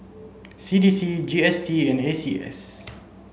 C D C G S T and A C S